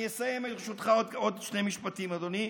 אני אסיים, ברשותך, בעוד שני משפטים, אדוני.